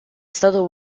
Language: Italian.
stato